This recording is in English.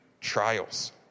trials